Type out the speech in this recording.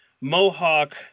Mohawk